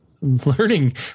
learning